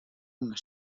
una